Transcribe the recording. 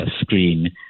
screen